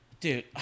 dude